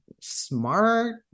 smart